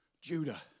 Judah